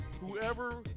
Whoever